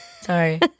Sorry